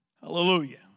Hallelujah